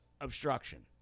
obstruction